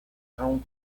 town